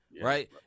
Right